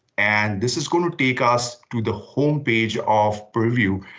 and this is going to take us to the homepage of purview,